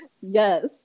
yes